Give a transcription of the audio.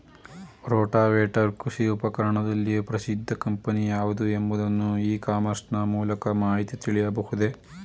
Rotavator ಕೃಷಿ ಉಪಕರಣದಲ್ಲಿ ಪ್ರಸಿದ್ದ ಕಂಪನಿ ಯಾವುದು ಎಂಬುದನ್ನು ಇ ಕಾಮರ್ಸ್ ನ ಮೂಲಕ ಮಾಹಿತಿ ತಿಳಿಯಬಹುದೇ?